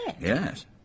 Yes